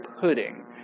pudding